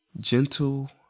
gentle